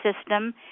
system